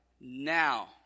now